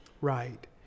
right